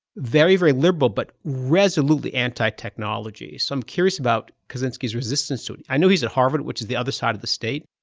very, very liberal, but resolutely anti-technology. so i'm curious about kaczynski's resistance to it. i know he was at harvard, which is the other side of the state,